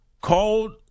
called